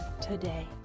today